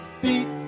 feet